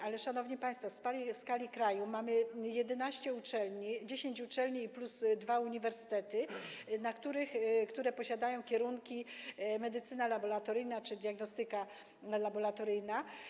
Ale, szanowni państwo, w skali kraju mamy 11 uczelni, 10 uczelni plus dwa uniwersytety, które posiadają kierunki: medycyna laboratoryjna czy diagnostyka laboratoryjna.